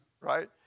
right